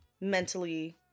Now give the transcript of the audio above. mentally